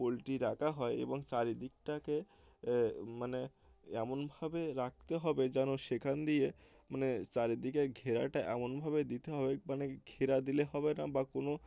poultry রাখা হয় এবং চারদিকটাকে মানে এমনভাবে রাখতে হবে যেন সেখান দিয়ে মানে চারদিককে ঘেরাটা এমনভাবে দিতে হবে মানে ঘেরা দিলে হবে না বা কোনো